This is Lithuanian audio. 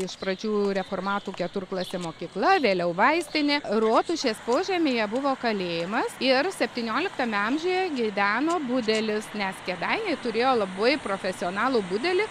iš pradžių reformatų keturklasė mokykla vėliau vaistinė rotušės požemyje buvo kalėjimas ir septynioliktame amžiuje gyveno budelis nes kėdainiai turėjo labai profesionalų budelį